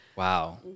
Wow